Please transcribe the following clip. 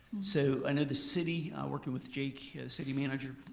so i know the city, working with jake, city manager,